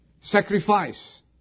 sacrifice